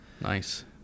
Nice